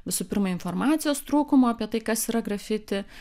visų pirma informacijos trūkumo apie tai kas yra grafiti